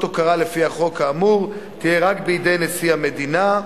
הוקרה לפי החוק האמור תהיה רק בידי נשיא המדינה.